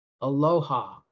Aloha